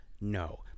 No